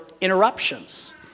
interruptions